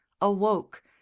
awoke